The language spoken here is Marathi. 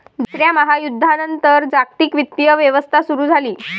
दुसऱ्या महायुद्धानंतर जागतिक वित्तीय व्यवस्था सुरू झाली